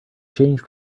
changed